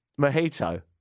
mojito